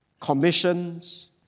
commissions